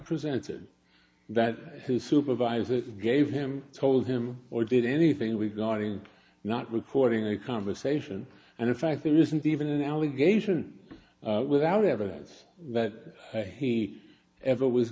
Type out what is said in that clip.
presented that to supervise it gave him told him or did anything regarding not reporting a conversation and in fact there isn't even an allegation without evidence that he ever was